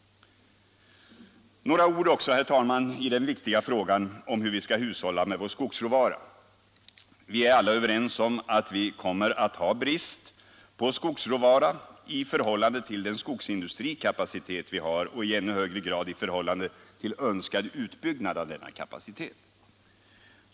Några ord också, herr talman, i den viktiga frågan om hur vi skall hushålla med vår skogsråvara. Vi är alla överens om att vi kommer att ha brist på skogsråvara i förhållande till den skogsindustrikapacitet vi har, och i ännu högre grad i förhållande till önskad utbyggnad av denna kapacitet.